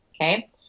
Okay